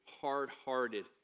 hard-hearted